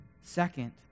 Second